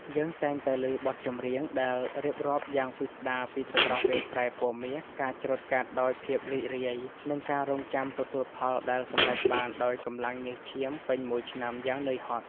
យើងតែងតែឮបទចម្រៀងដែលរៀបរាប់យ៉ាងពិស្តារពីសម្រស់វាលស្រែពណ៌មាស ការច្រូតកាត់ដោយភាពរីករាយ និងការរង់ចាំទទួលផលដែលសម្រេចបានដោយកម្លាំងញើសឈាមពេញមួយឆ្នាំយ៉ាងនឿយហត់។